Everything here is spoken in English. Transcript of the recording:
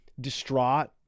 distraught